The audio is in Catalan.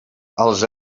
els